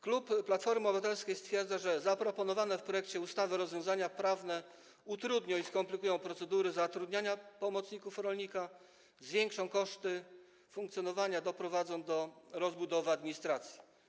Klub Platformy Obywatelskiej stwierdza, że zaproponowane w projekcie ustawy rozwiązania prawne utrudnią i skomplikują procedury zatrudniania pomocników rolnika, zwiększą koszty funkcjonowania i doprowadzą do rozbudowy administracji.